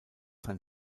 sein